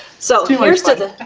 so cheers to the.